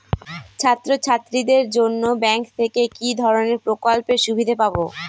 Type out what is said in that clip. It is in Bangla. ছাত্রছাত্রীদের জন্য ব্যাঙ্ক থেকে কি ধরণের প্রকল্পের সুবিধে পাবো?